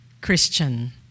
Christian